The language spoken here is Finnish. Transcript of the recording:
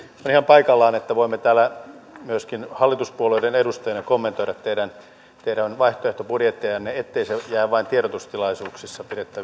on ihan paikallaan että voimme täällä myöskin hallituspuolueiden edustajina kommentoida teidän vaihtoehtobudjettejanne ettei se jää vain tiedotustilaisuuksien